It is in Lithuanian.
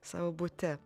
savo bute